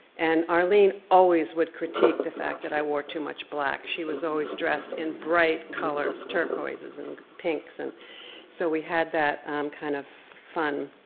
and arline always would critique the fact that i wore too much black. she was always dressed in bright colors, turquoises and pinks, and so we had that kind of fun